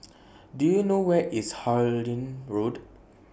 Do YOU know Where IS Harlyn Road